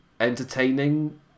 entertaining